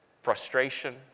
frustration